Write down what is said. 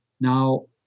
Now